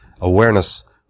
awareness